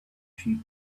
sheep